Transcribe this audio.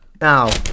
Now